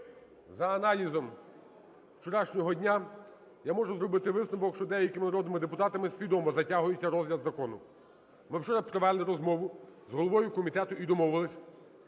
за аналізом вчорашнього дня, я можу зробити висновок, що деякими народними депутатами свідомо затягується розгляд закону. Ми вчора провели розмову з головою комітету і домовились,